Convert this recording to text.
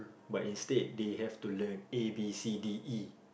but instead they have to learn A B C D E